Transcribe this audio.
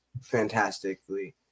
fantastically